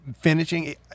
finishing